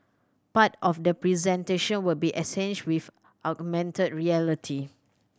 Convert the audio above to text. part of the presentation will be with augmented reality